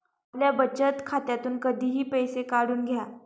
आपल्या बचत खात्यातून कधीही पैसे काढून घ्या